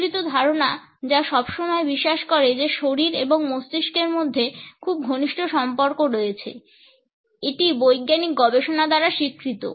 প্রচলিত ধারণা যা সবসময় বিশ্বাস করে যে শরীর এবং মস্তিষ্কের মধ্যে খুব ঘনিষ্ঠ সম্পর্ক রয়েছে এটি বৈজ্ঞানিক গবেষণা দ্বারা স্বীকৃত